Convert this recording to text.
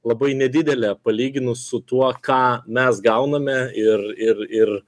labai nedidelė palyginus su tuo ką mes gauname ir ir ir